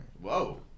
Whoa